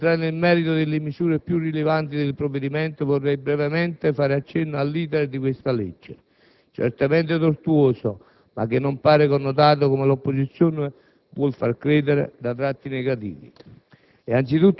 Prima di entrare nel merito delle misure più rilevanti del provvedimento, vorrei brevemente fare accenno all*'iter* di questa legge, certamente tortuoso ma che non pare connotato, come l'opposizione vuol far credere, da tratti negativi.